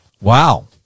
Wow